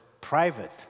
private